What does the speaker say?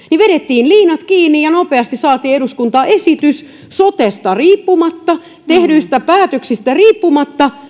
vedettiin liinat kiinni ja nopeasti saatiin eduskuntaan sotesta riippumatta tehdyistä päätöksistä riippumatta